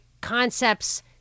concepts